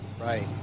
Right